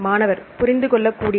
மாணவர் புரிந்துகொள்ளக்கூடியது